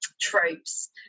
tropes